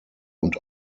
und